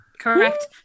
Correct